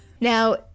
now